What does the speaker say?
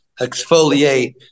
exfoliate